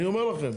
אני אומר לכם.